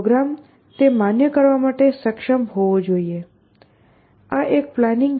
programme તે માન્ય કરવા માટે સક્ષમ હોવો જોઈએ આ એક પ્લાનિંગ છે